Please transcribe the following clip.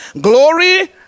glory